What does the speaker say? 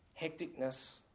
hecticness